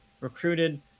recruited